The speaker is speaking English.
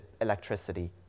electricity